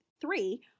three